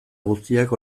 guztiak